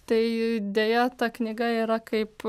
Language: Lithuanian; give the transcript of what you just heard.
tai deja ta knyga yra kaip